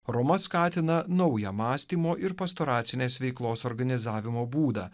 roma skatina naują mąstymo ir pastoracinės veiklos organizavimo būdą